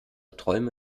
träume